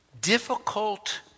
difficult